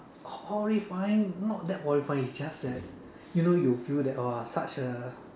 horrifying not that horrifying it's just that you know you will feel that !wah! such a